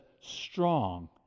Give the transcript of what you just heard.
strong